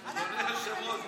מבין, אדוני היושב-ראש?